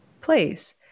place